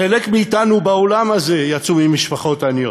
חלק מאתנו באולם הזה יצאו ממשפחות עניות.